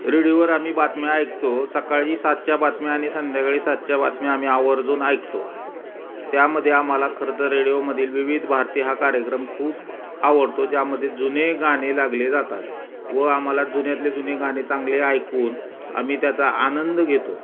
रेडिओवर आम्ही बातम्या ऐकतो सकाळी सातच्या बातम्या आणि संध्याकाळी सातच्या बातम्या आम्ही आवर्जून ऐकतो त्यामध्ये आम्हाला खरंं तर रेडिओमधील विविध भारती हा कार्यक्रम खूप आवडतो ज्यामध्ये जुने गाणे लागले जातात व आम्हाला जुन्यातले जुने गाणे चांगले ऐकून आम्ही त्याचा आनंद घेतो